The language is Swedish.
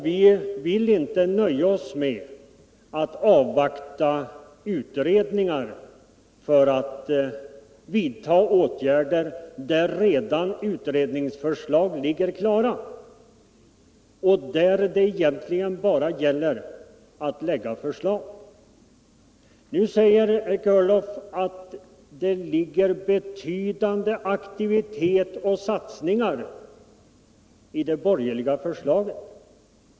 Vi vill inte nöja oss med att avvakta utredningar där utredningsförslag redan ligger klara och där det egentligen bara gäller att lägga fram förslag. Nu säger herr Körlof att det ligger en betydande aktivitet och satsningar i det borgerliga förslaget.